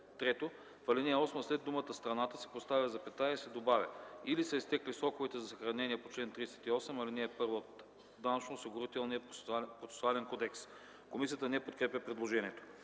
3. В ал. 8 след думата „страната” се поставя запетая и се добавя „или са изтекли сроковете за съхранение по чл. 38, ал. 1 от Данъчно-осигурителния процесуален кодекс.” Комисията не подкрепя предложението.